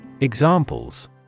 Examples